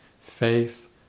Faith